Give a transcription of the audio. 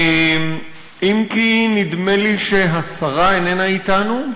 אם כי נדמה לי שהשרה איננה אתנו.